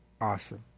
Awesome